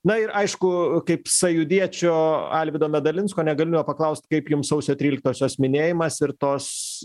na ir aišku kaip sąjūdiečio alvydo medalinsko negaliu nepaklausti kaip jums sausio tryliktosios minėjimas ir tos